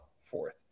fourth